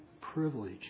privilege